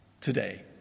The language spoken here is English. today